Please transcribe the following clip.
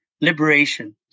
Liberation